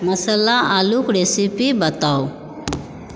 मसल्ला आलूके रेसिपी बताउ